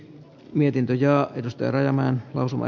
mietintö ja yhdistelemään lausuma